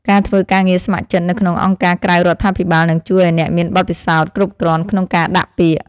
ការធ្វើការងារស្ម័គ្រចិត្តនៅក្នុងអង្គការក្រៅរដ្ឋាភិបាលនឹងជួយឱ្យអ្នកមានបទពិសោធន៍គ្រប់គ្រាន់ក្នុងការដាក់ពាក្យ។